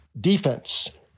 defense